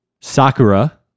Sakura